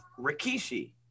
Rikishi